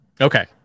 Okay